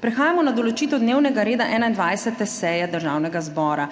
Prehajamo na določitev dnevnega reda 21. seje Državnega zbora,